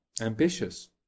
ambitious